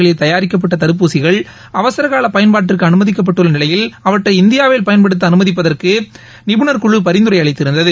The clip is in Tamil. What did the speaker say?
ஐப்பான் தபாரிக்கப்பட்டதடுப்பூசிகள்அவசரகாலபயன்பாட்டிற்குஅனுமதிக்கப்பட்டுள்ளநிலையில் அவற்றைஇந்தியாவில் பயன்படுத்தஅனுமதிப்பதற்குநிபுணர் குழு பரிந்துரைஅளித்திருந்தது